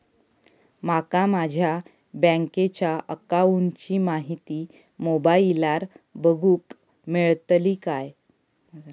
माका माझ्या बँकेच्या अकाऊंटची माहिती मोबाईलार बगुक मेळतली काय?